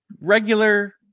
regular